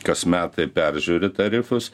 kas metai peržiūri tarifus